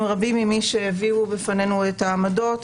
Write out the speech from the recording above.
עם רבים ממי שהביאו בפנינו את העמדות.